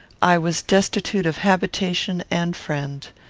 i was destitute of habitation and friend.